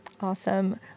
Awesome